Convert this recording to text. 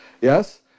Yes